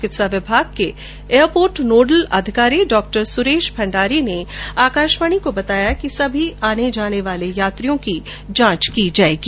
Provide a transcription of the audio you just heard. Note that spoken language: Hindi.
चिकित्सा विभाग के एयरपोर्ट नोडल अधिकारी डॉ सुरेश भण्डारी ने आकाशवाणी को बताया कि सभी आने जाने वाले यात्रियों की जांच की जाएगी